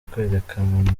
kwerekanwa